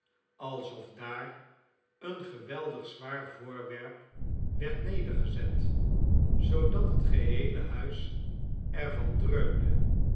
alsof daar een geweldig zwaar voorwerp werd nedergezet zoodat het geheele huis er